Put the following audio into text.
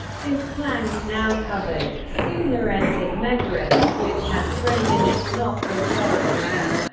his flank now covered, sulla entered megaris, which had thrown in its lot with boeotia.